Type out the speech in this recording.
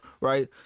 right